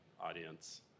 audience